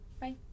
Bye